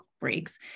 breaks